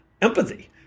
empathy